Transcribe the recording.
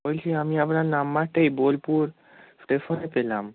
বলছি আমি আপনার নম্বরটা এই বোলপুর স্টেশনে পেলাম